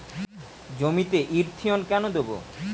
জমিতে ইরথিয়ন কেন দেবো?